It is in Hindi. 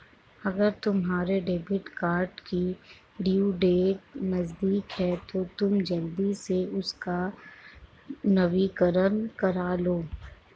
अगर तुम्हारे डेबिट कार्ड की ड्यू डेट नज़दीक है तो तुम जल्दी से उसका नवीकरण करालो